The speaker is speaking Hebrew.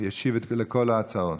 ישיב לכל ההצעות.